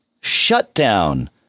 Shutdown